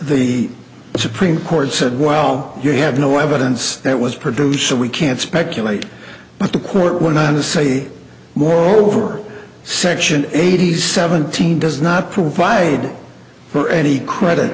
the supreme court said while you have no evidence that was producer we can speculate but the court went on to say moreover section eighty seventeen does not provide for any credit